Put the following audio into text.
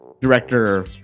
director